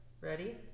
Ready